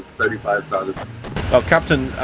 thirty five thousand. well captain,